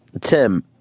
Tim